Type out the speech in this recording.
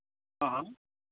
हां